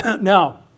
Now